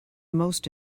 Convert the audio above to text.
most